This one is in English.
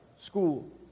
school